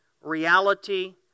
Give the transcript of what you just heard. reality